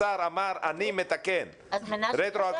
השר אמר: אני מתקן רטרואקטיבית.